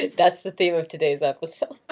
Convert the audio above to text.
that's the theme of today's episode. oh,